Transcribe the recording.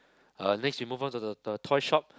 uh next we move on to the the the toy shop